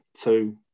two